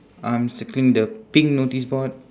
I'm circling the pink notice board